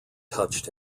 touched